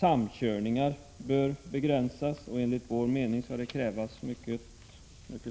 Samkörningar bör begränsas. Enligt vår mening skall det krävas mycket